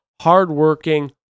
hardworking